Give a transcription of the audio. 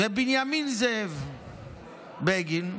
בנימין בגין,